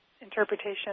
interpretation